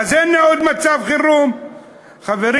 אז הנה עוד מצב חירום, חברים.